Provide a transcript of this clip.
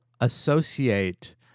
associate